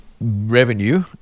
revenue